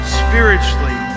spiritually